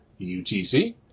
UTC